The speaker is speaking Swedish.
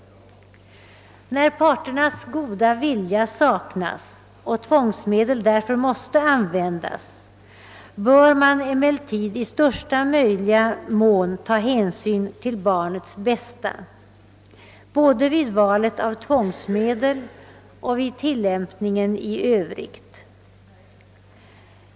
När parternas goda vilja saknas och tvångsmedel därför måste användas, bör man emellertid ta största möjliga hänsyn till barnets bästa, både vid valet av tvångsmedel och vid tillämpningen i övrigt.